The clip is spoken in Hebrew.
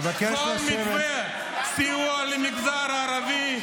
כל מתווה סיוע למגזר הערבי,